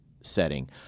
setting